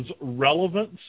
relevance